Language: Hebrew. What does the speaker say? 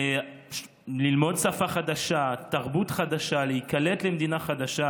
ללמוד שפה חדשה, תרבות חדשה, להיקלט במדינה חדשה,